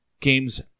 games